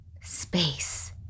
space